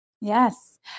Yes